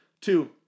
Two